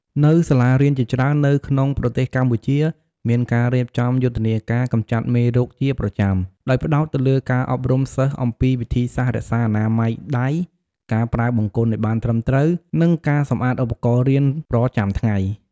នៅសាលារៀនជាច្រើននៅក្នុងប្រទេសកម្ពុជា មានការរៀបចំយុទ្ធនាការកម្ចាត់មេរោគជាប្រចាំ ដោយផ្តោតទៅលើការអប់រំសិស្សអំពីវិធីសាស្ត្ររក្សាអនាម័យដៃ ការប្រើបង្គន់ឲ្យបានត្រឹមត្រូវ និងការសម្អាតឧបករណ៍រៀនប្រចាំថ្ងៃ។